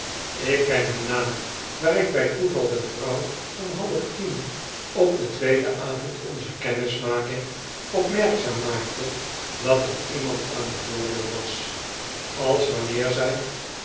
ik ken hun naam daar ik bij toeval de vrouw om half tien op den tweeden avond onzer kennismaking opmerkzaam maakte dat er iemand aan de vooideur was als wanneer zij